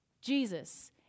Jesus